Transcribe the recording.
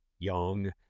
young